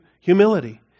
humility